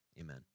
amen